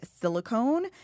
silicone